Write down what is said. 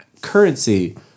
currency